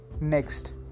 next